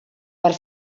per